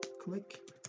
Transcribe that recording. click